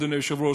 אדוני היושב-ראש,